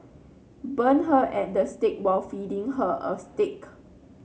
burn her and the stake while feeding her a steak